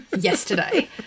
yesterday